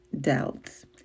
doubts